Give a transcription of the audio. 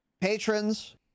patrons